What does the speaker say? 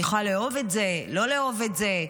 אני יכולה לאהוב את זה, לא לאהוב את זה,